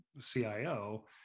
CIO